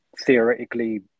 theoretically